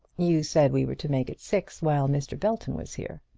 you said we were to make it six while mr. belton was here.